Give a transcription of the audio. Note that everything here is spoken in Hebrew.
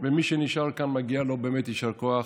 הוא לא חייב להגיע, אבל ממש אין בזה בעייתיות.